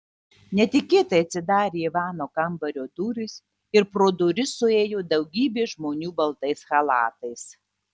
netikėtai atsidarė ivano kambario durys ir pro duris suėjo daugybė žmonių baltais chalatais